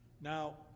Now